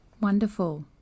Wonderful